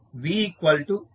VLd2qdt2RdqdtqC